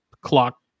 clock